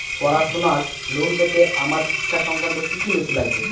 পড়াশুনোর লোন পেতে আমার শিক্ষা সংক্রান্ত কি কি নথি লাগবে?